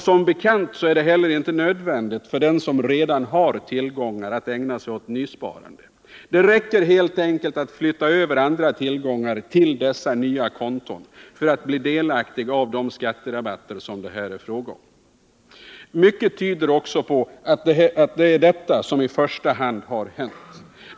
Som bekant är det heller inte nödvändigt för den som redan har tillgångar att ägna sig åt nysparande. Det räcker helt enkelt att flytta över andra tillgångar till dessa nya konton för att man skall bli delaktig av de skatterabatter som det här är fråga om. Mycket tyder också på att det i första hand är det som har hänt.